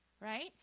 right